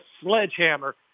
sledgehammer